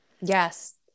Yes